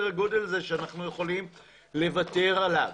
הגודל הזה שאנחנו יכולים לוותר עליו.